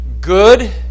good